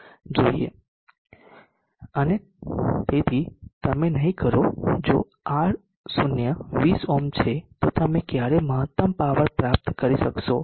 અને તેથી તમે નહીં કરો જો R0 20 ઓહ્મ છે તો તમે ક્યારેય મહત્તમ પાવર પ્રાપ્ત કરી શકશો નહીં